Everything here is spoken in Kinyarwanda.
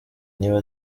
niba